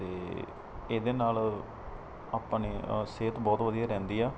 ਅਤੇ ਇਹਦੇ ਨਾਲ ਆਪਣੀ ਸਿਹਤ ਬਹੁਤ ਵਧੀਆ ਰਹਿੰਦੀ ਆ